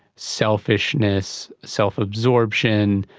selfishness, self-absorption,